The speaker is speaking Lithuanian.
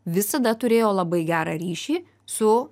visada turėjo labai gerą ryšį su